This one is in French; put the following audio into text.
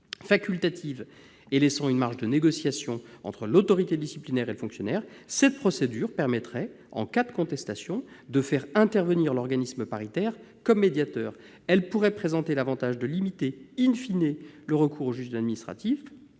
Facultative et laissant une marge de négociation entre l'autorité disciplinaire et le fonctionnaire, cette procédure permettrait, en cas de contestation, de faire intervenir l'organisme paritaire comme médiateur. Elle pourrait présenter l'avantage de limiter le recours au juge administratif,